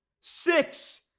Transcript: Six